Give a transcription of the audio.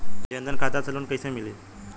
जन धन खाता से लोन कैसे मिली?